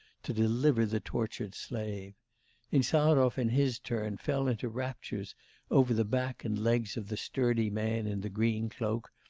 to deliver the tortured slave insarov in his turn fell into raptures over the back and legs of the sturdy man in the green cloak,